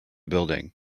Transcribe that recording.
building